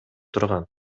турган